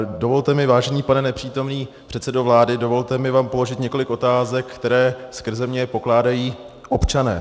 Dovolte mi, vážený pane nepřítomný předsedo vlády, dovolte mi vám položit několik otázek, které skrze mě pokládají občané.